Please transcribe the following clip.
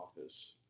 office